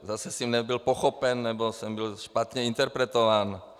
Zase jsem nebyl pochopen, nebo jsem byl špatně interpretován.